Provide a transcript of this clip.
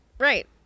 Right